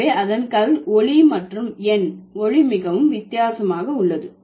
எனவே அதன் கள் ஒலி மற்றும் n ஒலி மிகவும் வித்தியாசமாக உள்ளது